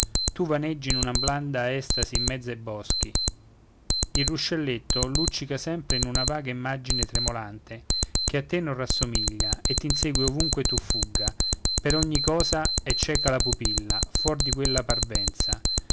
tu vaneggi in una blanda estasi in mezzo ai boschi il ruscelletto luccica sempre in una vaga imagine tremolante che a te non rassomiglia e t'insegue dovunque ove tu fugga per ogni cosa è cieca la pupilla fuor di quella parvenza